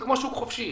זה כמו שוק חופשי,